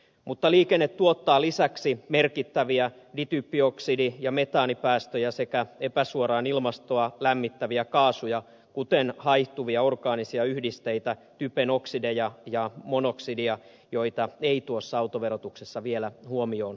mutta liikenne tuottaa lisäksi merkittäviä dityppioksidi ja metaanipäästöjä sekä epäsuoraan ilmastoa lämmittäviä kaasuja kuten haihtuvia orgaanisia yhdisteitä typen oksideja ja monoksidia joita ei tuossa autoverotuksessa vielä huomioon oteta